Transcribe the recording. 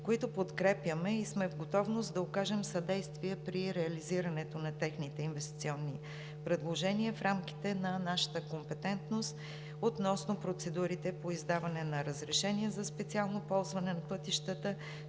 които подкрепяме и сме в готовност да окажем съдействие при реализирането на техни инвестиционни предложения в рамките на нашата компетентност относно процедурите по издаване на разрешения за специално ползване на пътищата